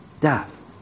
death